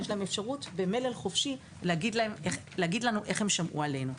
יש אפשרות במלל חופשי להגיד לנו איך הם שמעו עלינו.